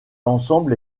ensemble